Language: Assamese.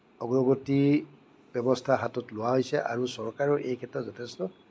অগ্ৰগতি ব্য়ৱস্থা হাতত লোৱা হৈছে আৰু চৰকাৰৰ এইক্ষেত্ৰত যথেষ্ট